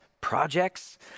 projects